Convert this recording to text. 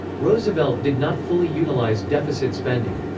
roosevelt did not fully utilize deficit spending.